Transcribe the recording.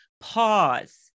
pause